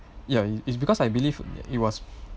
ya it's because I believe it was